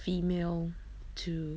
female to